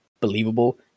believable